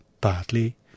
partly